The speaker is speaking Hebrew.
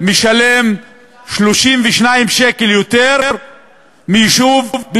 מי שהיה משלם על 100 מטר 6,400 שקל צריך לשלם